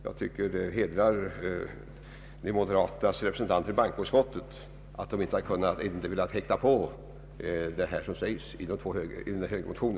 Jag tycker att det hedrar de moderatas representanter i bankoutskottet att de inte har velat stödja vad som sägs i de moderatas motion!